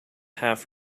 half